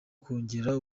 kongera